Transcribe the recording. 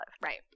Right